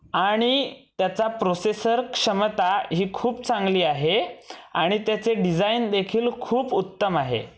आणि त्याचा प्रोसेसर क्षमता ही खूप चांगली आहे आणि त्याचे डिझाईन देखील खूप उत्तम आहे